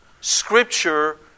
Scripture